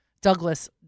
Douglas